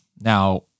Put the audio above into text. Now